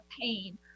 pain